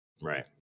Right